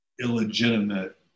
illegitimate